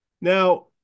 Now